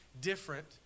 different